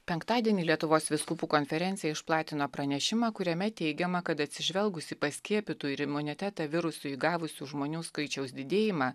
penktadienį lietuvos vyskupų konferencija išplatino pranešimą kuriame teigiama kad atsižvelgus į paskiepytų ir imunitetą virusui įgavusių žmonių skaičiaus didėjimą